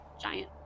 giant